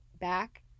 back